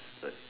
study